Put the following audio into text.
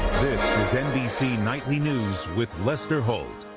this is nbc nightly news with lester holt.